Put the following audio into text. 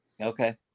Okay